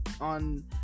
on